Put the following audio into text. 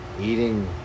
eating